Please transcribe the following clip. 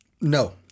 No